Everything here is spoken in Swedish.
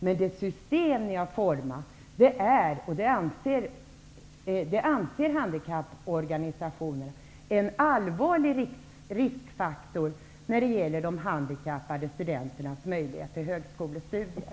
Handikapporganisationerna anser att det system ni har format är en allvarlig riskfaktor när det gäller de handikappade studenternas möjlighet till högskolestudier.